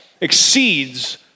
exceeds